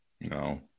No